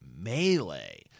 Melee